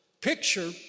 Picture